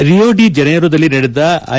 ರಿಯೋ de ಜನೇರೋದಲ್ಲಿ ನಡೆದ I